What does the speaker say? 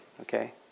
okay